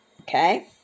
Okay